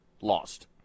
lost